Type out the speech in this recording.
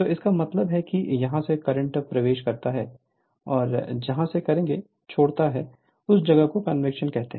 तो इसका मतलब है कि यहां से करंट प्रवेश करता है और जहां से करेंगे छोड़ता है उस जगह को कन्वेंशन कहते हैं